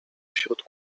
wśród